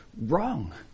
wrong